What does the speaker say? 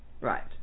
Right